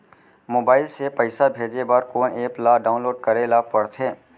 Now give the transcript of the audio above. Mobile से पइसा भेजे बर कोन एप ल डाऊनलोड करे ला पड़थे?